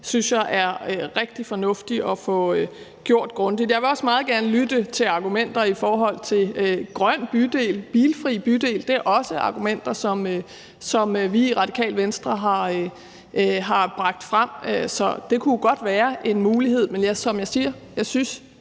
synes jeg er rigtig fornuftigt at få gjort grundigt. Jeg vil også meget gerne lytte til argumenter i forhold til grøn bydel, bilfri bydel. Det er også argumenter, som vi i Radikale Venstre har bragt frem, så det kunne jo godt være en mulighed. Men som jeg siger, så synes